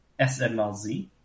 SMLZ